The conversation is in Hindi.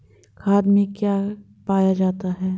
खाद में क्या पाया जाता है?